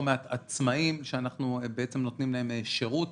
לא מעט עצמאים שאנחנו נותנים להם שירות,